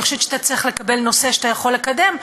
אני חושבת שאתה צריך לקבל נושא שאתה יכול לקדם.